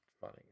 funny